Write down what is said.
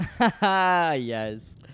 Yes